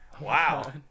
Wow